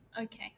Okay